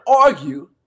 argue